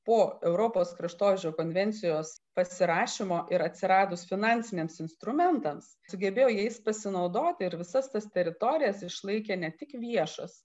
po europos kraštovaizdžio konvencijos pasirašymo ir atsiradus finansiniams instrumentams sugebėjo jais pasinaudoti ir visas tas teritorijas išlaikė ne tik viešas